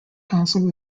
council